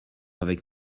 avec